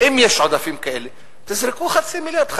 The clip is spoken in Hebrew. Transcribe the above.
אם יש עודפים כאלה, תזרקו חצי מיליארד.